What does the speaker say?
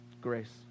Grace